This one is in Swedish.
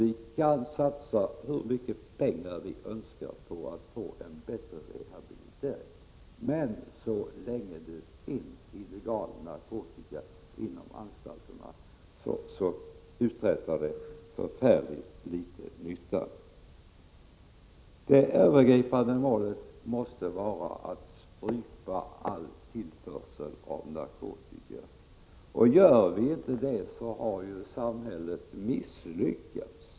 Vi kan satsa hur mycket pengar vi önskar på att få bättre rehabilitering, men så länge det finns illegal nakotika inom anstalterna gör dessa pengar förfärligt litet nytta. Det övergripande målet måste vara att strypa all tillförsel av narkotika. Gör vi inte det har samhället misslyckats.